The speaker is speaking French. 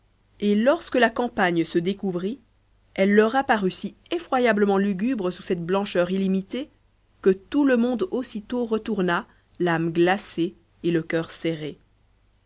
et lorsque la campagne se découvrit elle leur apparut si effroyablement lugubre sous cette blancheur illimitée que tout le monde aussitôt retourna l'âme glacée et le coeur serré